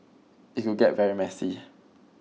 it could get very messy